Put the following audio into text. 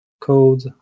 code